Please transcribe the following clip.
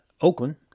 Oakland